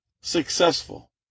successful